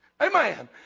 Amen